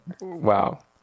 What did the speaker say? Wow